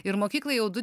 ir mokyklai jau du